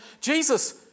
Jesus